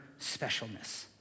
specialness